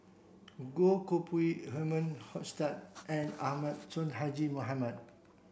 Goh Koh Pui Herman Hochstadt and Ahmad Sonhadji Mohamad